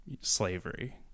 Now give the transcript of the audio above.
slavery